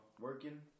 working